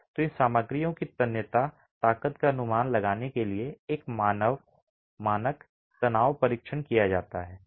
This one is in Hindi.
तो इन सामग्रियों की तन्यता ताकत का अनुमान लगाने के लिए एक मानक तनाव परीक्षण किया जाता है